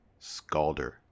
scalder